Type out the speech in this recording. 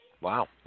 Wow